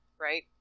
right